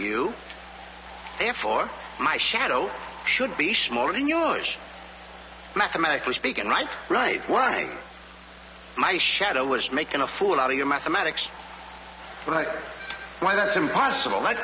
you f or my shadow should be smaller than yours mathematically speaking right right why my shadow was making a fool out of your mathematics but why that's impossible i